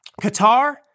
Qatar